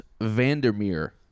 Vandermeer